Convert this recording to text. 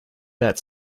that